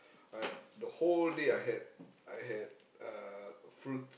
I the whole day I had I had uh fruits